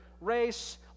race